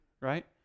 right